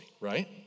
right